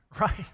right